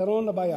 כפתרון לבעיה.